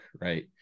right